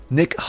Nick